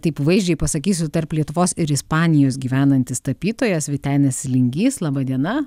taip vaizdžiai pasakysiu tarp lietuvos ir ispanijos gyvenantis tapytojas vytenis lingys laba diena